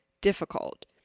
difficult